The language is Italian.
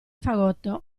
fagotto